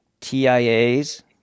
TIAs